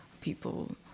people